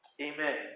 Amen